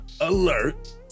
alert